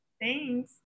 thanks